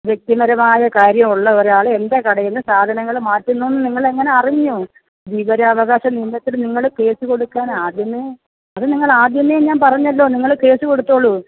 വ്യക്തിപരമായ കാര്യം ഉള്ള ഒരാൾ എൻ്റെ കടയിൽനിന്ന് സാധനങ്ങൾ മാറ്റുന്നു എന്ന് നിങ്ങൾ എങ്ങനെ അറിഞ്ഞു വിവരാവകാശ നിയമത്തിൽ നിങ്ങൾ കേസ് കൊടുക്കാൻ ആദ്യമേ അത് നിങ്ങൾ ആദ്യമേ ഞാൻ പറഞ്ഞല്ലോ നിങ്ങൾ കേസ് കൊടുത്തോളൂ